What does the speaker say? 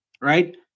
right